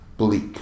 bleak